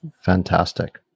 Fantastic